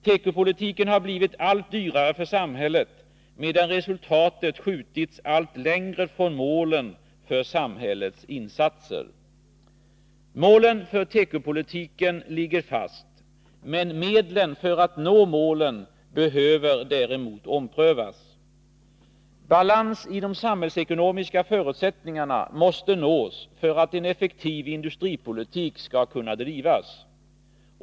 Tekopolitiken har blivit allt dyrare för samhället, medan resultatet skjutits allt längre från målen för samhällets insatser. Målen för tekopolitiken ligger fast, men medlen för att nå målen behöver däremot omprövas. Balans i de samhällsekonomiska förutsättningarna måste nås för att en effektiv industripolitik skall kunna drivas.